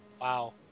Wow